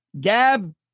Gab